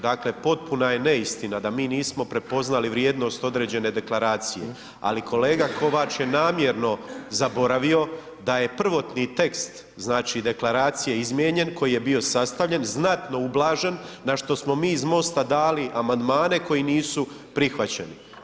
Dakle potpuna je neistina da mi nismo prepoznali vrijednost određene deklaracije, ali kolega Kovač je namjerno zaboravio da je prvotni tekst, znači deklaracije izmijenjen koji je bio sastavljen znatno ublažen na što smo mi iz MOST-a dali amandmane koji nisu prihvaćeni.